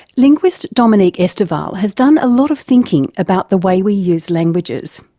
linguist dominique estival has done a lot of thinking about the way we use languages.